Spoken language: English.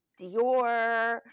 Dior